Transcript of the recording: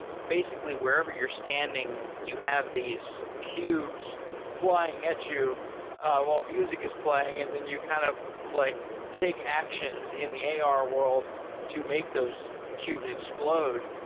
basically, wherever you're standing, you have these cubes flying at you while music is playing and then you kind of like take actions in the ar world to make those cubes explode.